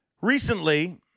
Recently